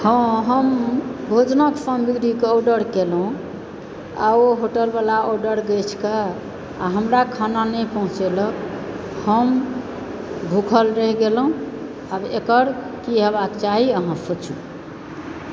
हँ हम भोजनक सामग्रीके ऑर्डर केलहुँ आ ओ होटल वाला ऑर्डर गछिके आ हमरा खाना नहि पहुँचेलक हम भूखल रहि गेलहुँ आब एकर की हेबाक चाही अहाँ सोचू